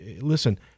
listen